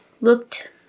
looked